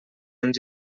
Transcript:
ens